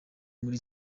muri